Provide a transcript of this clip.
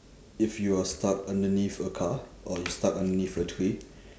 if you are stuck underneath a car or you stuck underneath a tree